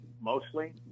mostly